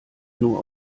nur